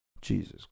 Jesus